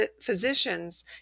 physicians